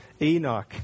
Enoch